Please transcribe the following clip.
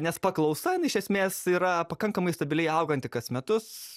nes paklausa jinai iš esmės yra pakankamai stabiliai auganti kas metus